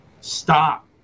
stop